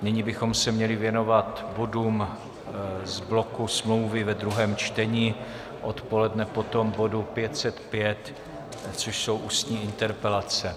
Nyní bychom se měli věnovat bodům z bloku smlouvy ve druhém čtení, odpoledne potom bodu 505, což jsou ústní interpelace.